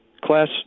class